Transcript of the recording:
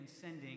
sending